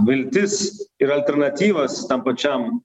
viltis ir alternatyvas tam pačiam